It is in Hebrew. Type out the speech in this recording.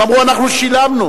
הם אמרו: אנחנו שילמנו.